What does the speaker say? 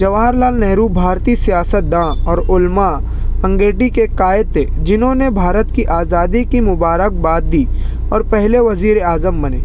جواہر لال نہرو بھارتی سیاست داں اور علماء انگیٹی کے قائد تھے جنہوں نے بھارت کی آزادی کی مبارک باد دی اور پہلے وزیرِ اعظم بنے